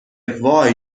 وای